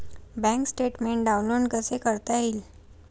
Bank statement download कसे करता येईल?